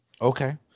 Okay